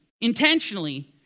intentionally